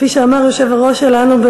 כפי שאמר היושב-ראש שלנו,